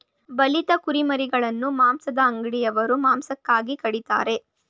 ಬಲಿತ ಕುರಿಮರಿಗಳನ್ನು ಮಾಂಸದಂಗಡಿಯವರು ಮಾಂಸಕ್ಕಾಗಿ ಕಡಿತರೆ